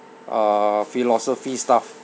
uh philosophy stuff